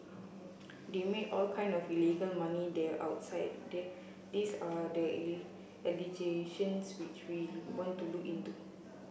they make all kind of illegal money there outside the these are the allegations which we want to look into